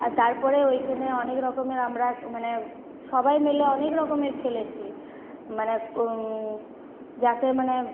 আর তারপরে ওইখানে অনেক রকমের আমরা মানে সবাই মিলে অনেক রকমের খেলেছি মানে যাকে মানে